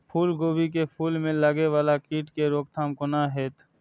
फुल गोभी के फुल में लागे वाला कीट के रोकथाम कौना हैत?